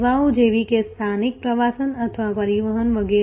સેવાઓ જેવી કે સ્થાનિક પ્રવાસન અથવા પરિવહન વગેરે